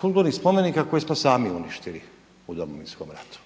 kulturnih spomenika koje smo sami uništili u Domovinskom ratu,